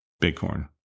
Bighorn